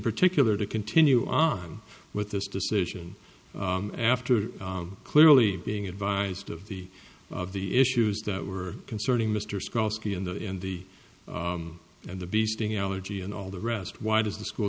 particular to continue on with this decision after clearly being advised of the of the issues that were concerning mr skull ski in the in the and the beast in elegy and all the rest why does the school